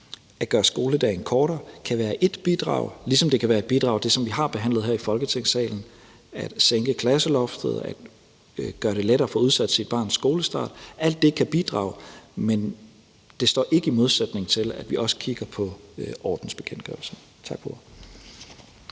at gøre skoledagen kortere, kan være et bidrag, ligesom, som vi har behandlet her i Folketinget, det kan være et bidrag at sænke klasseloftet, at gøre det lettere at få udsat sit barns skolestart. Alt det kan bidrage, men det står ikke i modsætning til, at vi også kigger på ordensbekendtgørelsen. Tak for